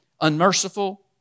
unmerciful